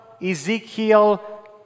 Ezekiel